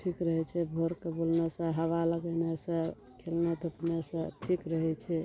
ठीक रहै छै भोर कऽ बाजलासँ हवा लगेलासँ खेलनाइ धुपलासँ ठीक रहै छै